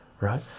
right